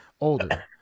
older